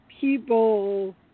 people